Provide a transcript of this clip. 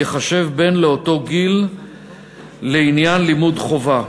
ייחשב בן לאותו גיל לעניין ללימודי חובה.